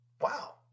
wow